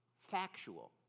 factual